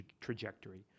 trajectory